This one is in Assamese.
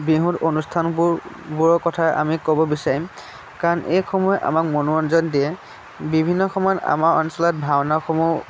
বিহুত অনুষ্ঠানবোৰ বোৰৰ কথা আমি ক'ব বিচাৰিম কাৰণ এইসমূহে আমাক মনোৰঞ্জন দিয়ে বিভিন্ন সময়ত আমাৰ অঞ্চলত ভাওনাসমূহ